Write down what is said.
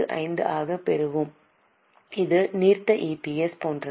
45 ஆகப் பெறுவோம் இது நீர்த்த இபிஎஸ் போன்றது